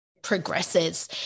progresses